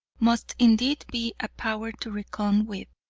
must indeed be a power to reckon with.